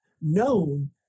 known